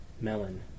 melon